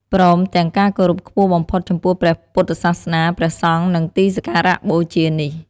ព្រមទាំងការគោរពខ្ពស់បំផុតចំពោះព្រះពុទ្ធសាសនា ព្រះសង្ឃ និងទីសក្ការបូជានេះ។